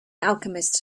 alchemist